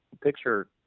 picture